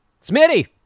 Smitty